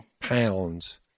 pounds